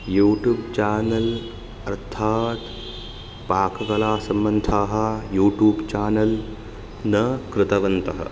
YouTube channel अर्थात् पाककलासम्बन्धाः YouTube channel न कृतवन्तः